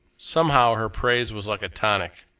somehow, her praise was like a tonic.